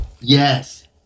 Yes